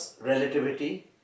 relativity